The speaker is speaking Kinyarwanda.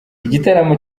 igitaramo